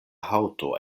haŭto